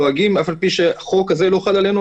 אף על פי שהחוק הזה לא חל עלינו,